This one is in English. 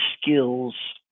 skills